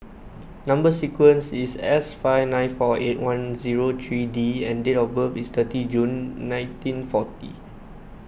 Number Sequence is S five nine four eight one zero three D and date of birth is thirty June nineteen forty